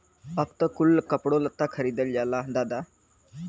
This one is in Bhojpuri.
अब त कुल कपड़ो लत्ता खरीदल जाला दादा